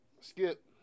Skip